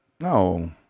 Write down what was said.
no